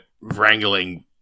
wrangling